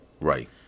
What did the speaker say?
Right